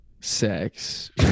sex